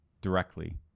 directly